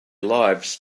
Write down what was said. lives